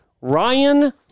Ryan